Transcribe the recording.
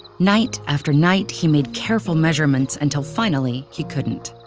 night after night, he made careful measurements until finally, he couldn't.